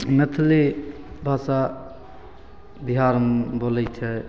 मैथिली भाषा बिहारमे बोलय छै